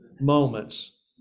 moments